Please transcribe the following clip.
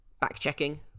back-checking